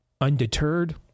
Undeterred